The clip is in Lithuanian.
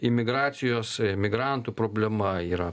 imigracijos migrantų problema yra